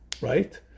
Right